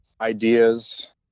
ideas